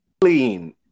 clean